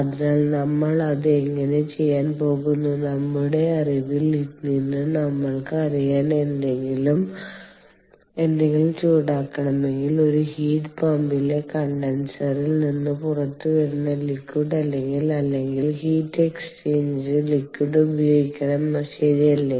അതിനാൽ നമ്മൾ അത് എങ്ങനെ ചെയ്യാൻ പോകുന്നു നമ്മുടെ അറിവിൽ നിന്ന് നമ്മൾക്ക് അറിയാം എന്തെങ്കിലും ചൂടാക്കണമെങ്കിൽ ഒരു ഹീറ്റ് പമ്പിലെ കണ്ടൻസറിൽ നിന്ന് പുറത്തുവരുന്ന ലിക്വിഡ് അല്ലെങ്കിൽ അല്ലെങ്കിൽ ഹീറ്റ് എക്സ്ചേഞ്ച് ലിക്വിഡ് ഉപയോഗിക്കണം ശരിയല്ലേ